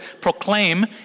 proclaim